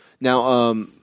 Now